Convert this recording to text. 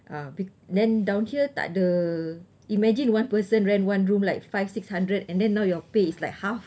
ah be~ then down there tak ada imagine one person rent one room like five six hundred and then now your pay is like half